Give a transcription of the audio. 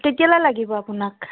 কেতিয়ালৈ লাগিব আপোনাক